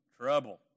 Trouble